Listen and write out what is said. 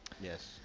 Yes